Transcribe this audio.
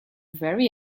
very